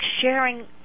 sharing